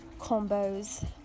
combos